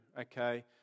okay